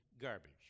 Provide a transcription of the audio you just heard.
garbage